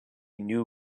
new